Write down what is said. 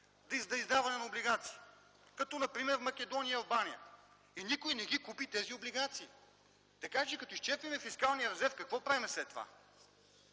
за издаване на облигации, като например Македония и Албания, но никой не купи тези облигации. Така че, като изчерпим фискалния резерв, какво правим след това?